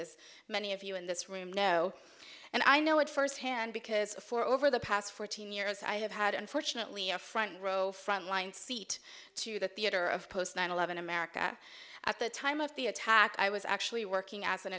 as many of you in this room know and i know it firsthand because for over the past fourteen years i have had unfortunately a front row front line seat to the theater of post nine eleven america at the time of the attack i was actually working as an